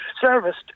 serviced